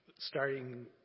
starting